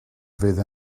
fydd